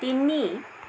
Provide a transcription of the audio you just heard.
তিনি